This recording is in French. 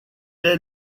est